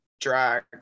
drag